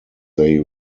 they